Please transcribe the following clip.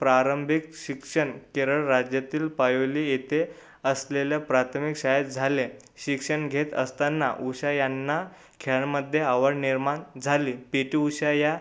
प्रारंभिक शिक्षण केरळ राज्यातील पायोली येथे असलेल्या प्राथमिक शाळेत झाले शिक्षण घेत असताना उषा यांना खेळामध्ये आवड निर्माण झाली पी टी उषा या